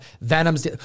Venom's